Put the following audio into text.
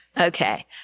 Okay